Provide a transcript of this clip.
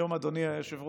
היום, אדוני היושב-ראש,